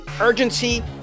urgency